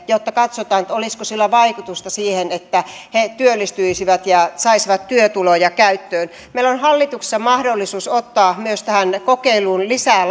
työttömälle jotta katsotaan olisiko sillä vaikutusta siihen että he työllistyisivät ja saisivat työtuloja käyttöön meillä on hallituksessa mahdollisuus ottaa tähän kokeiluun lisää